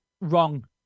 wrong